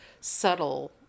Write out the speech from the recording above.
subtle